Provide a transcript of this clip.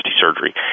surgery